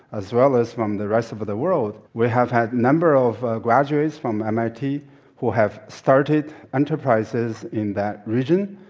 as well as from the rest of of the world. we have had a number of graduates from mit who have started enterprises in that region,